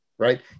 right